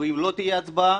ואם לא תהיה הצבעה,